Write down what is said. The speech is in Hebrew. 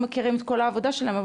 מכירים את כל העבודה שלהם,